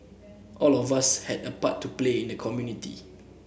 all of us have a part to play in the community